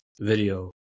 video